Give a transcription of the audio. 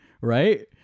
right